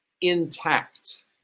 intact